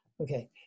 Okay